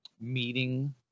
meeting